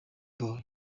boy